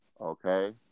okay